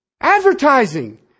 Advertising